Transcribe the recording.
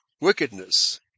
wickedness